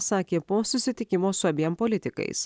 sakė po susitikimo su abiem politikais